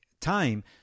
time